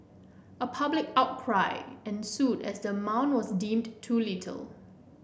a public outcry ensued as the amount was deemed too little